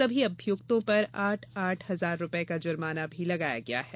सभी अभियुक्तों पर आठ आठ हजार रुपये का जुर्माना भी लगाया गया है